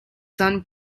son